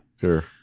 sure